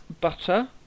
butter